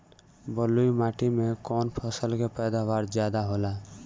बालुई माटी में कौन फसल के पैदावार ज्यादा होला?